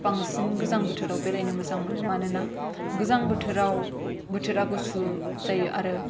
बांसिन गोजां बोथोराव बेरायनो मोजां मोनो मानोना गोजां बोथोराव बोथोरा गुसु जायो आरो